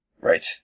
Right